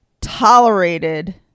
tolerated